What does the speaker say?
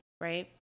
right